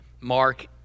Mark